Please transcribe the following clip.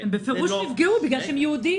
הם נפגעו בפירוש בגלל שהם יהודים.